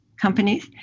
companies